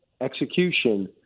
execution